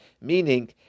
meaning